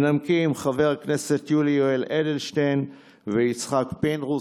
מנמקים חברי הכנסת יולי יואל אדלשטיין ויצחק פינדרוס.